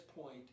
point